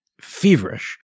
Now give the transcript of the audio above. feverish